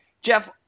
Jeff